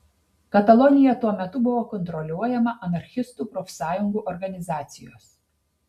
katalonija tuo metu buvo kontroliuojama anarchistų profsąjungų organizacijos